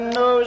no